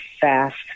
fast